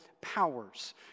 powers